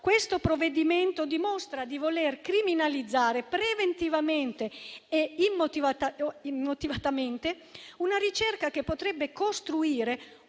questo provvedimento dimostra di voler criminalizzare preventivamente e immotivatamente una ricerca che potrebbe costruire